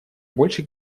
больше